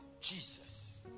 Jesus